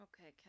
Okay